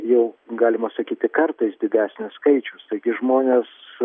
jau galima sakyti kartais didesnis skaičius taigi žmonės